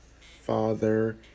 father